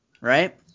right